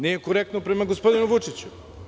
Nije korektno prema gospodinu Vučiću.